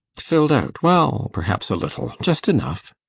filled out? well, perhaps a little just enough.